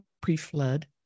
pre-flood